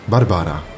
Barbara